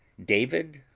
david,